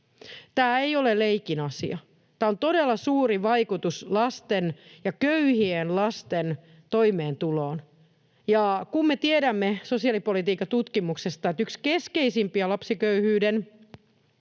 Tämä ei ole leikin asia. Tällä on todella suuri vaikutus lasten, köyhien lasten, toimeentuloon. Kun me tiedämme sosiaalipolitiikan tutkimuksesta, että yksi keskeisimpiä lapsiköyhyyden